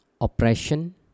oppression